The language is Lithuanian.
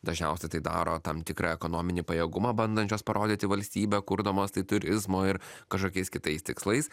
dažniausiai tai daro tam tikrą ekonominį pajėgumą bandančios parodyti valstybę kurdamos tai turizmo ir kažkokiais kitais tikslais